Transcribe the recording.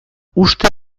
uste